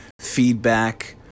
feedback